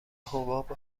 حباب